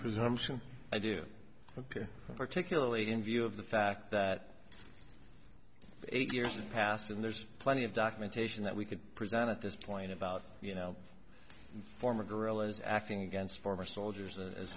presumption i do ok particularly in view of the fact that eight years in the past and there's plenty of documentation that we could present at this point about you know former guerrillas acting against former soldiers a